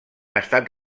estat